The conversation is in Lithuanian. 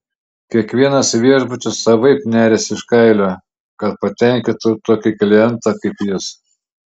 kiekvienas viešbutis savaip neriasi iš kailio kad patenkintų tokį klientą kaip jis